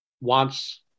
wants